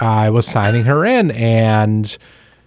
i was signing her in and